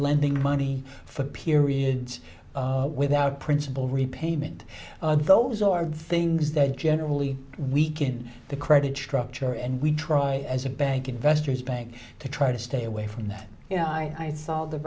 lending money for periods without principal repayment those are things that generally weaken the credit structure and we try as a bank investor's bank to try to stay away from that you know i saw the